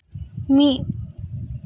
ᱢᱤᱫ